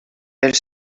elle